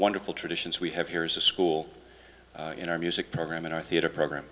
wonderful traditions we have here is a school in our music program in our theater program